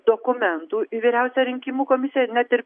dokumentų į vyriausią rinkimų komisiją net ir